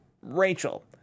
Rachel